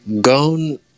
Gone